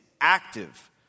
active